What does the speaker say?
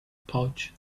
pouch